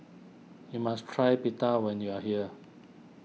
you must try Pita when you are here